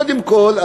קודם כול,